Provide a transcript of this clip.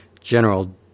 general